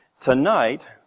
Tonight